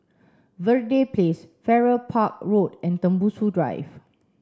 Verde Place Farrer Park Road and Tembusu Drive